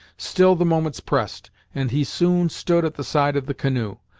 still the moments pressed, and he soon stood at the side of the canoe.